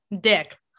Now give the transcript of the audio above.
dick